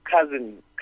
cousin